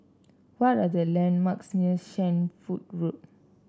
what are the landmarks near Shenvood Road